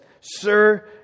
Sir